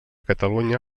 catalunya